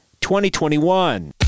2021